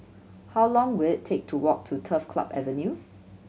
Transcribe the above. how long will it take to walk to Turf Club Avenue